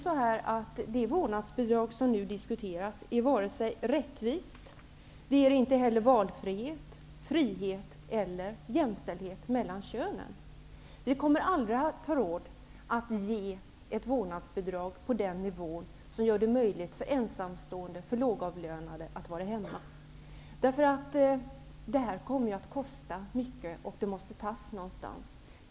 Det vårdnadsbidrag som nu diskuteras är inte rättvist. Det ger inte heller valfrihet, frihet eller jämställdhet mellan könen. Vi kommer aldrig att ha råd att ge ett vårdnadsbidrag på en nivå som gör det möjligt för ensamstående, för lågavlönade, att vara hemma. Detta kommer att kosta mycket, och pengarna måste tas någonstans.